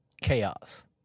Chaos